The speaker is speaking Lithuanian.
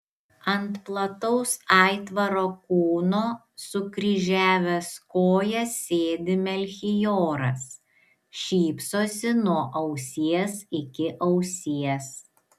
ant plataus aitvaro kūno sukryžiavęs kojas sėdi melchioras šypsosi nuo ausies iki ausies